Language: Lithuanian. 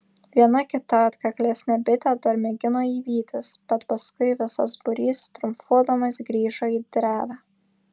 viena kita atkaklesnė bitė dar mėgino jį vytis bet paskui visas būrys triumfuodamas grįžo į drevę